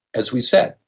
as we said,